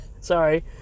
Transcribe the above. Sorry